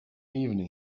evening